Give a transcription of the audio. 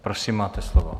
Prosím, máte slovo.